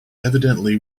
evidently